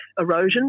erosion